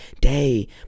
day